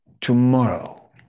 Tomorrow